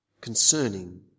concerning